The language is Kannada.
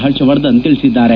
ಪರ್ಷವರ್ಧನ್ ತಿಳಿಸಿದ್ದಾರೆ